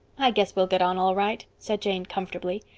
i guess we'll get on all right, said jane comfortably.